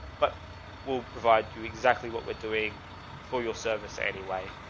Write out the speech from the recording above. but we'll provide you exactly what we're doing for your service anyway.